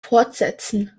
fortsetzen